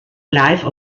life